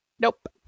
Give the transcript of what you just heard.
nope